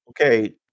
Okay